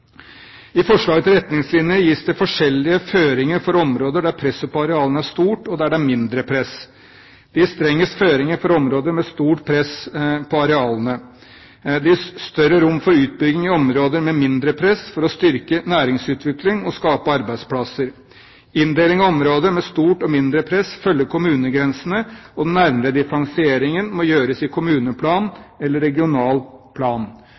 I forslaget til retningslinjer gis det forskjellige føringer for områder der presset på arealene er stort, og der det er mindre press. Det gis strengest føringer for områder med stort press på arealene. Det gis større rom for utbygging i områder med mindre press for å styrke næringsutvikling og skape arbeidsplasser. Inndeling av områder med stort og mindre press følger kommunegrensene, og den nærmere differensieringen må gjøres i kommuneplan eller i regional plan.